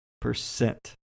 percent